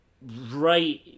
right